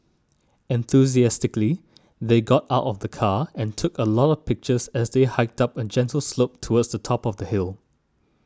enthusiastically they got out of the car and took a lot of pictures as they hiked up a gentle slope towards the top of the hill